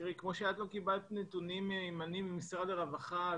כמו שאת לא קיבלת נתונים מהימנים ממשרד הרווחה,